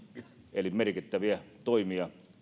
eli merkittäviä toimia